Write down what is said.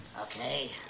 Okay